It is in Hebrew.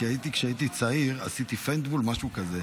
כשהייתי צעיר עשיתי פיינטבּוּל, משהו כזה.